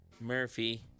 Murphy